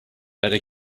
better